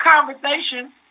conversation